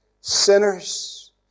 sinners